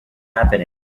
happening